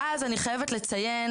אני חייבת לציין,